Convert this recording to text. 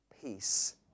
peace